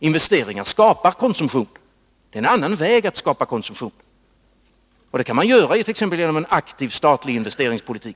Investeringar skapar konsumtion — det är en annan väg att skapa konsumtion. Det kan man göra t.ex. genom en aktiv statlig investeringspolitik.